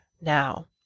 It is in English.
now